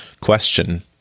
question